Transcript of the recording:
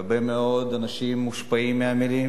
הרבה מאוד אנשים מושפעים מהמלים,